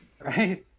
right